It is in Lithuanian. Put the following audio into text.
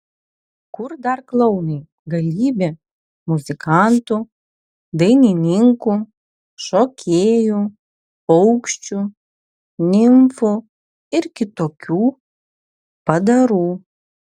kur dar klounai galybė muzikantų dainininkų šokėjų paukščių nimfų ir kitokių padarų